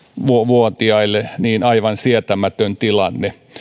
vuotiaille aivan sietämätön tilanne